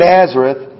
Nazareth